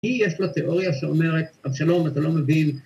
‫היא יש לה תיאוריה שאומרת, ‫אבל שלום אתה לא מבין.